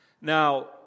Now